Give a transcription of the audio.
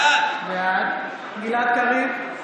בעד גלעד קריב,